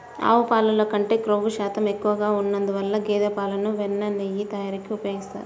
ఆవు పాలల్లో కంటే క్రొవ్వు శాతం ఎక్కువగా ఉన్నందువల్ల గేదె పాలను వెన్న, నెయ్యి తయారీకి ఉపయోగిస్తారు